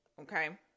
okay